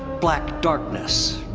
black darkness.